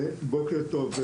בוקר טוב.